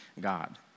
God